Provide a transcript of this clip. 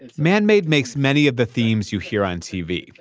man made makes many of the themes you hear on tv.